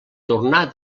tornar